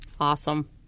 Awesome